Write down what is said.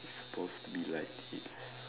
supposed to be like it